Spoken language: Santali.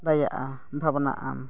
ᱫᱟᱭᱟᱜᱼᱟ ᱵᱷᱟᱵᱽᱱᱟᱜ ᱟᱢ